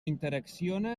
interacciona